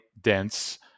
dense